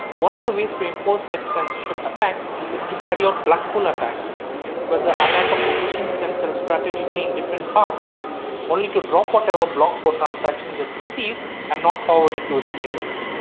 one of the ways to impose such-censorship attacks is to carry out black hole attacks where the attacker positions themselves strategically in different parts only to drop whatever block or transactions it receives and not forward it to its neighbors.